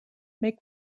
make